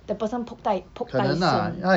the person poke 太 poke 太深了